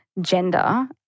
gender